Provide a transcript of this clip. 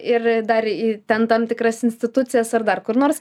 ir dar į ten tam tikras institucijas ar dar kur nors